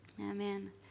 Amen